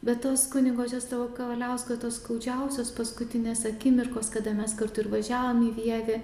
be tos kunigo česlovo kavaliausko tos skaudžiausios paskutinės akimirkos kada mes kartu ir važiavome į vievį